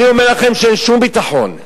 אני אומר לכם שאין שום ביטחון.